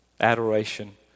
adoration